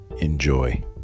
Enjoy